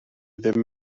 ddim